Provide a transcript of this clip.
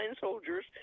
soldiers